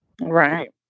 Right